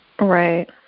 Right